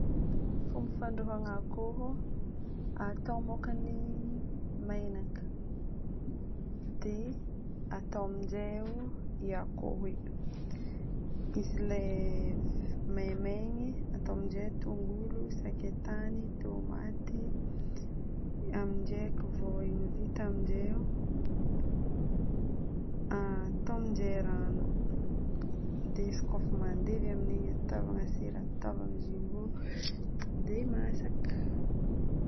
Fomba fandrahoagna akoho: atao mokony menaka, dia atao aminjay eo i akoho igny. Izy ilay f- maimaigny, atao aminjay tongolo, sakay tany, ny tomaty BANGA vita amin-dreo, atao aminjay rano. Dia izy ko efa mandevy amin'igny ataovagna sira, ataovagna jumbo, dia masaka.